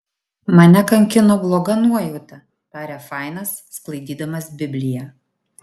mane kankino bloga nuojauta tarė fainas sklaidydamas bibliją